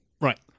right